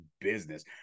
business